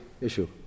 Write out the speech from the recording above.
issue